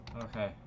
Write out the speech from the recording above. Okay